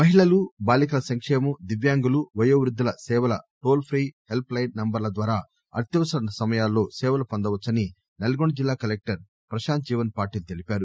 మహిళలు బాలీకల సంక్షేమం దివ్యాంగులు వయో వృద్ధుల సేవల టోల్ ప్రీ హెల్ప్ లైన్ నంబర్ల ద్వారా అత్యవసర సమయాల్లో సేవలు పొందవచ్చని నల్లగొండ జిల్లా కలెక్టర్ ప్రశాంత్ జీవన్ పాటిల్ తెలిపారు